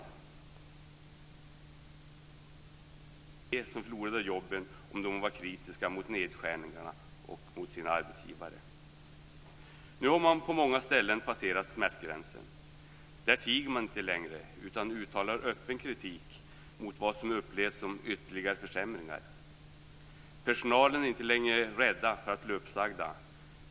Många var rädda för att det skulle bli de som förlorade jobben om de var kritiska mot nedskärningarna och mot sina arbetsgivare. Nu har man på många ställen passerat smärtgränsen. Man tiger inte längre utan uttalar öppen kritik mot vad som upplevs som ytterligare försämringar. Personalen är inte längre rädd för att bli uppsagd.